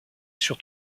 sur